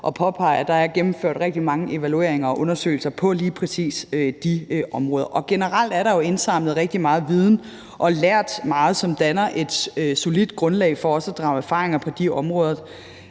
at påpege, at der er gennemført rigtig mange evalueringer og undersøgelser på lige præcis de områder. Generelt er der jo indsamlet rigtig meget viden, og vi har lært meget, som danner et solidt grundlag for os at drage erfaringer på de